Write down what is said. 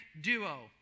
duo